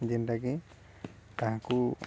ଯେନ୍ଟାକି ତାହାକୁ